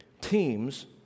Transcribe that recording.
teams